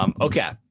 Okay